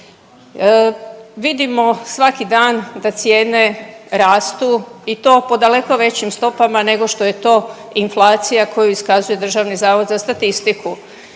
Vidimo svaki dan da cijene rastu i to po daleko većim stopama nego što je to inflacija koju iskazuje DZS. Iz materijala